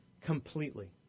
completely